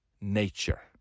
Nature